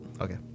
Okay